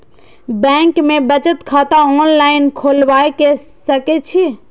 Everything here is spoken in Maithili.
बैंक में बचत खाता ऑनलाईन खोलबाए सके छी?